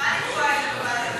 ועדת